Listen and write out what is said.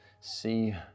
See